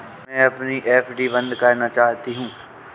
मैं अपनी एफ.डी बंद करना चाहती हूँ